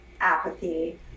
apathy